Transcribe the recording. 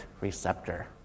receptor